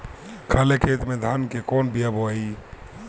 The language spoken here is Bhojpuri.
खाले खेत में धान के कौन बीया बोआई?